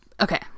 Okay